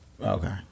Okay